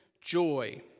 joy